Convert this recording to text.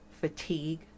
fatigue